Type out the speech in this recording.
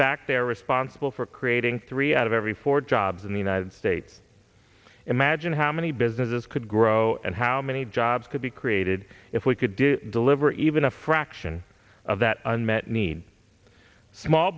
are responsible for creating three out of every four jobs in the united states imagine how many businesses could grow and how many jobs could be created if we could do deliver even a fraction of that unmet need for small